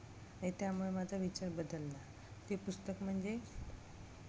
आणि त्यामुळे माझा विचार बदलला ते पुस्तक म्हणजे